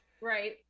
Right